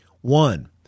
One